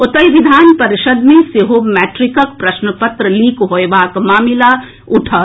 ओतहि विधान परिषद् मे सेहो मैट्रिकक प्रश्न पत्र लीक होएबाक मामिला उठल